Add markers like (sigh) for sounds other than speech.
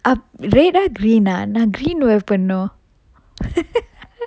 red ah green ah நான்:naan green wear பண்ணும்:pannum (laughs)